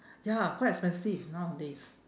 ya quite expensive nowadays